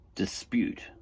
dispute